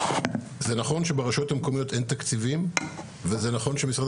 זה נכון שברשויות המקומיות אין תקציבים וזה נכון שמשרד